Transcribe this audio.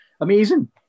Amazing